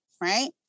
right